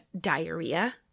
diarrhea